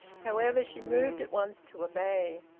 however, she moved at once to obey.